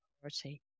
priority